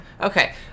Okay